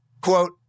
quote